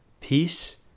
Peace